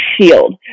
shield